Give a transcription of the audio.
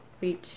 reach